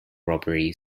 robbery